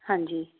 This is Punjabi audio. ਹਾਂਜੀ